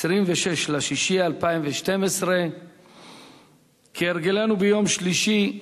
26 ביוני 2012. כהרגלנו ביום שלישי,